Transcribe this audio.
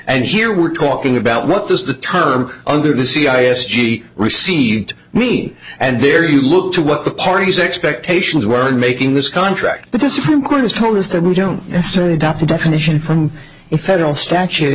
and here we're talking about what is the term under the c i s g received me and there you look to what the parties expectations were in making this contract but the supreme court has told us that we don't necessarily drop a definition from a federal statu